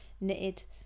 knitted